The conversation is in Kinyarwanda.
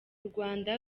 rwanda